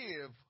give